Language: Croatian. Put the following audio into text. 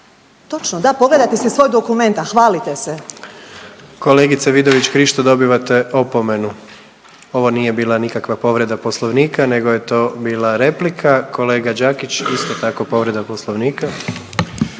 Točno, da, pogledajte si svoj dokument, a hvalite se. **Jandroković, Gordan (HDZ)** Kolegice Vidović Krišto, dobivate opomenu. Ovo nije bila nikakva povreda Poslovnika nego je to bila replika. Kolega Đakić, isto tako, povreda Poslovnika.